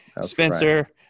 Spencer